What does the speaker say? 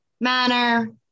manner